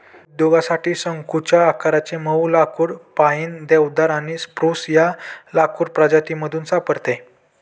उद्योगासाठी शंकुच्या आकाराचे मऊ लाकुड पाईन, देवदार आणि स्प्रूस या लाकूड प्रजातीमधून सापडते